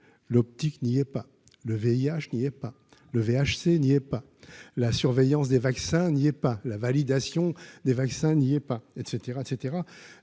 l'optique n'y est pas le VIH n'y est pas le VHC n'y est pas, la surveillance des vaccins n'y est pas, la validation des vaccins n'y est pas, et